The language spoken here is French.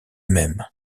mêmes